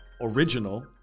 original